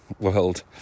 world